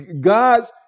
God's